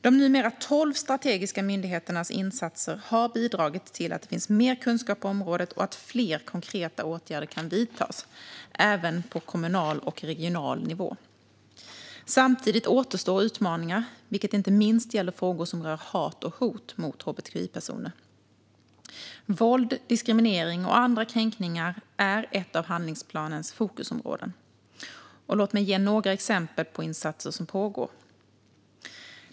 De numera tolv strategiska myndigheternas insatser har bidragit till att det finns mer kunskap på området och att fler konkreta åtgärder kan vidtas, även på kommunal och regional nivå. Samtidigt återstår utmaningar, vilket inte minst gäller frågor som rör hat och hot mot hbtqi-personer. Våld, diskriminering och andra kränkningar är ett av handlingsplanens fokusområden. Låt mig ge några exempel på insatser som pågår.